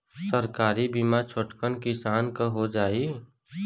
सरकारी बीमा छोटकन किसान क हो जाई?